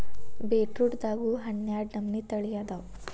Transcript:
ಬೇಟ್ರೂಟದಾಗು ಹನ್ನಾಡ ನಮನಿ ತಳಿ ಅದಾವ